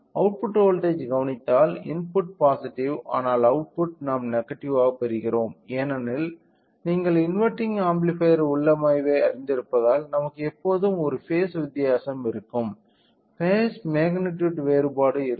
output voltage கவனித்தால் input positive ஆனால் output நாம் நெகடிவ்வாகப் பெறுகிறோம் ஏனெனில் நீங்கள் இன்வெர்டிங் ஆம்ப்ளிஃபையர் உள்ளமைவை அறிந்திருப்பதால் நமக்கு எப்போதும் ஒரு பேஸ் வித்தியாசம் பேஸ் மக்னிடியுட் வேறுபாடு இருக்கும்